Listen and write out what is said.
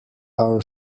our